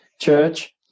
Church